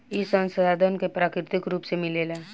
ई संसाधन के प्राकृतिक रुप से मिलेला